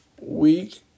week